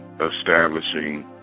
establishing